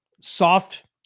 Soft